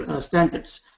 standards